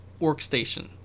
workstation